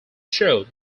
showed